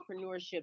entrepreneurship